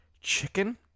chicken